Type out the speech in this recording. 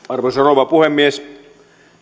arvoisa rouva puhemies